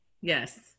yes